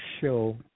show